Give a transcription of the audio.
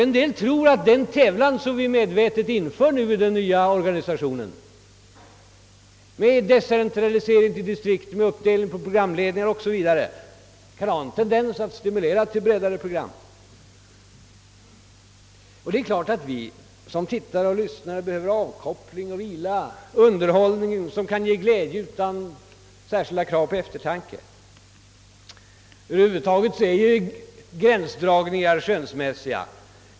En del tror att den tävlan som vi nu medvetet inför i den nya organisationen med decentralisering till distrikt, med uppdelning på programledningar o.s. v., kan ha en tendens att stimulera till bredare program. Det är klart att vi som tittare och lyssnare behöver avkoppling, vila och underhållning som kan ge glädje utan särskilda krav på eftertanke. Över huvud taget är gränsdragningen skönsmässig.